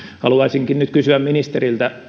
haluaisinkin nyt kysyä ministeriltä